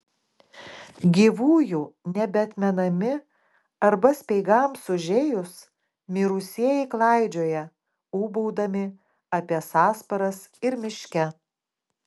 gyvųjų nebeatmenami arba speigams užėjus mirusieji klaidžioja ūbaudami apie sąsparas ir miške